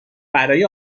برای